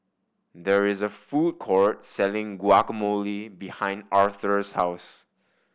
there is a food court selling Guacamole behind Arthur's house